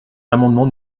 l’amendement